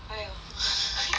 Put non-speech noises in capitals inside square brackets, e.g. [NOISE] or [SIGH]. [LAUGHS]